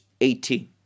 18